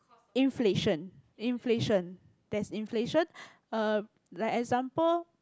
inflation inflation there's inflation uh like example